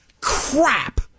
crap